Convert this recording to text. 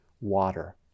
water